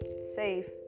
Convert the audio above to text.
safe